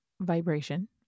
vibration